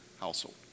household